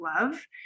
love